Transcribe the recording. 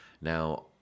Now